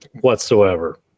whatsoever